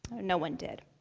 no one did.